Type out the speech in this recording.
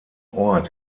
ort